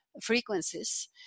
frequencies